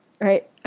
right